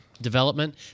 development